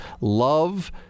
love